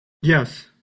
yes